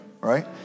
right